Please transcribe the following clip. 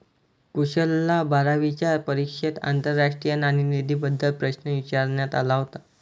कुशलला बारावीच्या परीक्षेत आंतरराष्ट्रीय नाणेनिधीबद्दल प्रश्न विचारण्यात आला होता